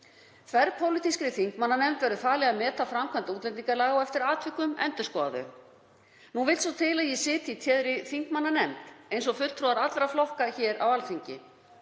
Þverpólitískri þingmannanefnd verður falið að meta framkvæmd útlendingalaga og eftir atvikum endurskoða þau.“ Nú vill svo til að ég sit í téðri þingmannanefnd, eins og fulltrúar allra flokka á Alþingi.